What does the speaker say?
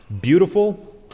beautiful